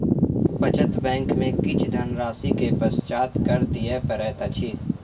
बचत बैंक में किछ धनराशि के पश्चात कर दिअ पड़ैत अछि